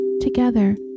Together